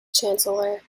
chancellor